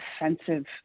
offensive